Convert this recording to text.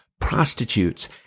prostitutes